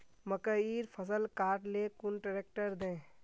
मकईर फसल काट ले कुन ट्रेक्टर दे?